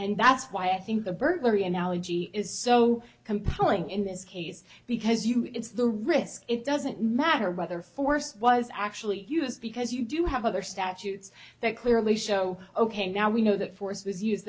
that's why i think the burglary analogy is so compelling in this case because you it's the risk it doesn't matter whether force was actually use because you do have other statutes that clearly show ok now we know that force was use